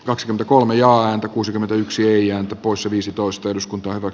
kaks kolme ja a kuusikymmentäyksi ja opus viisitoista eduskunta ovat